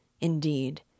Indeed